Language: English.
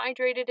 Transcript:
hydrated